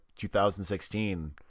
2016